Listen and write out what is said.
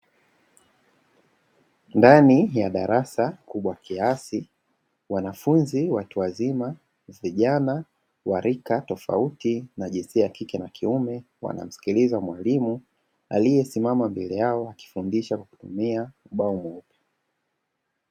Ndani ya darasa kubwa kiasi; wanafunzi watu wazima, vijana wa rika tofauti na jinsia ya kike na kiume; wanamsikiliza mwalimu aliyesimama mbele yao akifundisha kwa kutumia ubao mweupe.